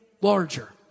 larger